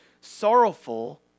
sorrowful